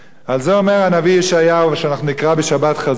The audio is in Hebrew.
על זה אומר הנביא ישעיהו, מה שנקרא בשבת חזון: